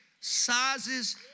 sizes